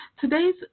today's